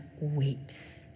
weeps